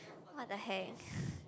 what the heck